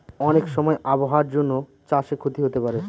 অনেক সময় আবহাওয়ার জন্য চাষে ক্ষতি হতে পারে